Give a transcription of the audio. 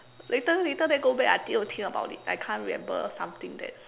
later later then go back I need to think about it I can't remember something that's